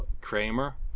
Kramer